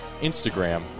Instagram